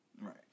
Right